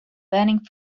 burning